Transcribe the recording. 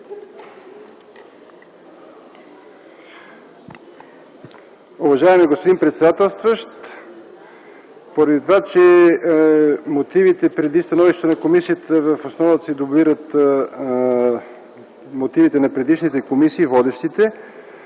Уважаеми господин председателстващ, поради това, че мотивите преди становището на комисията в основата си дублират мотивите на предишните комисии – водещите,